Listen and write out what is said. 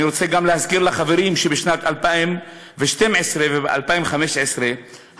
אני רוצה גם להזכיר לחברים שב-2012 וב-2015 המשרד